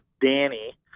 Danny